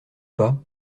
pas